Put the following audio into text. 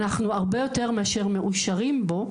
אנחנו הרבה יותר מאשר מאושרים בו.